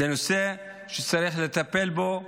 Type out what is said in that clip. זה נושא שצריכה לטפל בו המשטרה,